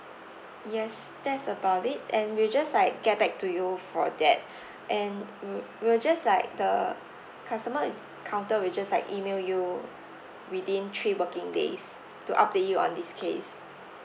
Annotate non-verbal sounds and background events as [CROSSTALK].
yes that's about it and we'll just like get back to you for that [BREATH] and we we'll just like the customer in counter will just like email you within three working days to update you on this case